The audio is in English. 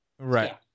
Right